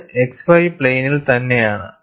ഇത് xy പ്ലെയിനിൽ തന്നെയാണ്